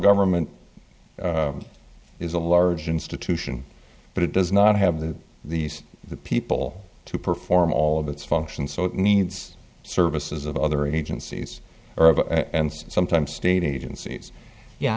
government is a large institution but it does not have that these people to perform all of its functions so it needs services of other agencies and sometimes state agencies yeah